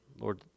Lord